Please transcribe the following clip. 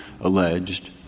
alleged